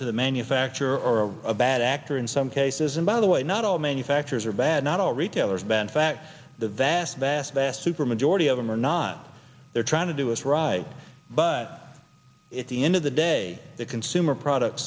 to the manufacturer or a bad actor in some cases and by the way not all manufacturers are bad not all retailers bad fact the vast vast vast super majority of them are not there trying to do is right but it's the end of the day the consumer product